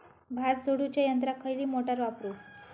भात झोडूच्या यंत्राक खयली मोटार वापरू?